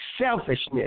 Selfishness